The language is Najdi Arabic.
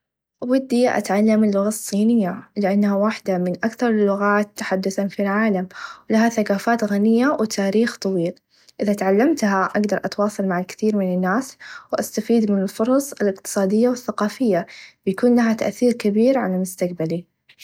ودي أتعلم اللغه الصينيه لأنها واحده من أكثر اللغات تحدثا في العالم لها ثقافات غنيه و تاريخ طويل إذا تعلمتها أقدر أتواصل مع الكثير من الناس و أستفيد من الفرص الإقتصاديه و الثقافيه بيكون لها تاثير كبير على مستقبلي.